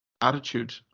attitude